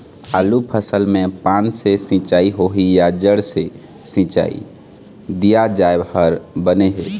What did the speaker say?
आलू फसल मे पान से सिचाई होही या जड़ से सिचाई दिया जाय हर बने हे?